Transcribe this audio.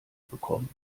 bekommen